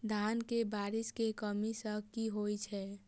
धान मे बारिश केँ कमी सँ की होइ छै?